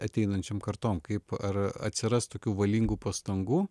ateinančiom kartom kaip ar atsiras tokių valingų pastangų